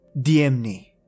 Diemni